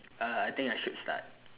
uh I think I should start